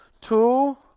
two